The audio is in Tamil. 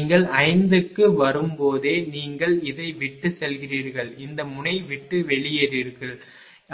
நீங்கள் 5 க்கு வரும்போதே நீங்கள் இதை விட்டு செல்கிறீர்கள் இந்த முனையை விட்டு வெளியேறுகிறீர்கள்